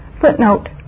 Footnote